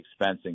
expensing